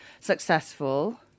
successful